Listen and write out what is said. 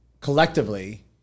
collectively